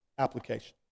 Application